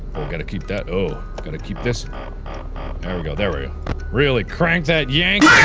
oh gotta keep that oh gotta keep this there we go there we go really crank that yank